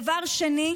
דבר שני,